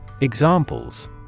Examples